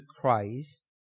Christ